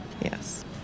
Yes